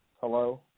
Hello